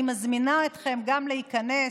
אני מזמינה אתכם גם להיכנס.